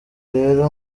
rero